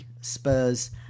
Spurs